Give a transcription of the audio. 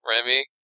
Remy